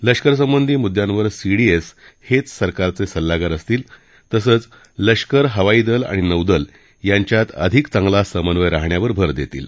लष्करसंबधी मुद्यांवर सीडीएस हेच सरकारचं सल्लागार असतील तसंच लष्कर हवाईदल आणि नौदल यांच्यात अधिक चांगला समन्वय राहण्यावर भर देतील